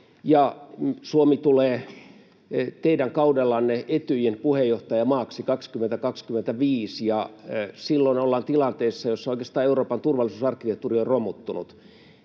Suomi tulee teidän kaudellanne Etyjin puheenjohtajamaaksi 2025, ja silloin ollaan tilanteessa, jossa oikeastaan Euroopan turvallisuusarkkitehtuuri on romuttunut.